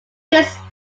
trace